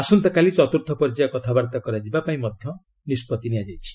ଆସନ୍ତାକାଲି ଚତୁର୍ଥ ପର୍ଯ୍ୟାୟ କଥାବାର୍ତ୍ତା କରାଯିବା ପାଇଁ ନିଷ୍କଭି ନିଆଯାଇଥିଲା